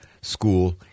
School